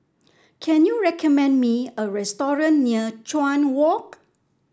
can you recommend me a restaurant near Chuan Walk